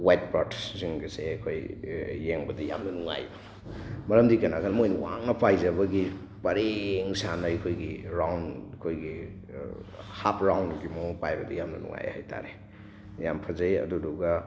white ꯕꯥꯔꯠꯁꯁꯤꯡ ꯑꯁꯦ ꯑꯩꯈꯣꯏ ꯌꯦꯡꯕꯗ ꯌꯥꯝꯅ ꯅꯨꯡꯉꯥꯏ ꯃꯔꯝꯗꯤ ꯀꯩꯅꯣ ꯍꯥꯏꯔꯀꯥꯟꯗ ꯃꯣꯏꯅ ꯋꯥꯡꯅ ꯄꯥꯏꯖꯕꯒꯤ ꯄꯔꯦꯡ ꯁꯥꯅ ꯑꯩꯈꯣꯏꯒꯤ ꯔꯥꯎꯟ ꯑꯩꯈꯣꯏꯒꯤ ꯍꯥꯞ ꯔꯥꯎꯟꯒꯤ ꯃꯑꯣꯡ ꯄꯥꯏꯕꯗꯣ ꯌꯥꯝꯅ ꯅꯨꯡꯉꯥꯏ ꯍꯥꯏ ꯇꯥꯔꯦ ꯌꯥꯝ ꯐꯖꯩ ꯑꯗꯨꯗꯨꯒ